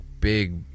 big